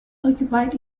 occupied